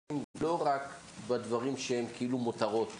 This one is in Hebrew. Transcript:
חווים חסך שהוא לא רק בדברים שהם מותרות,